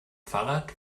fahrrad